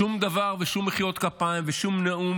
שום דבר ושום מחיאות כפיים ושום נאום,